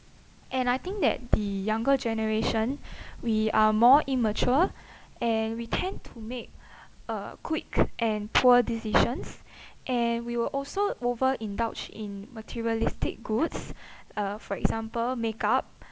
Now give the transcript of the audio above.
and I think that the younger generation we are more immature and we tend to make uh quick and poor decisions and we will also over indulge in materialistic goods uh for example makeup